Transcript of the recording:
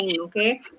okay